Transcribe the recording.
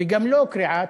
וגם לא קריעת